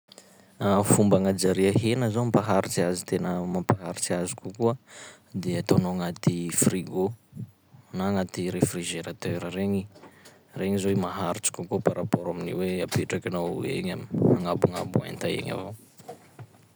Ah fomba agnajaria hegna zao mba aharitsy azy tena mampaharitsy azy kokoa de ataonao anaty frigô na anaty refrigerateur regny, regny zao i maharitsy kokoa par rapport amin'ny hoe apetrakinao eny amin'ny agnabognabo enta eny avao.